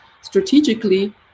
strategically